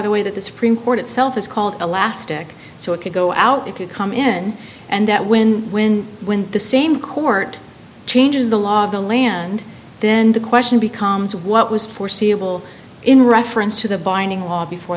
the way that the supreme court itself is called elastic so it could go out it could come in and that when when when the same court changes the law of the land then the question becomes what was foreseeable in reference to the binding before